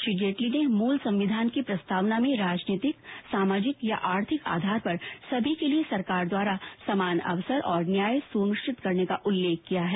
श्री जेटली ने मूल संविधान की प्रस्तावना में राजनीतिक सामाजिक या आर्थिक आधार पर सभी के लिए सरकार द्वारा समान अवसर और न्याय सुनिश्चित करने का उल्लेख किया गया है